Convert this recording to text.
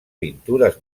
pintures